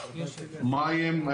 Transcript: מים,